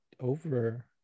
over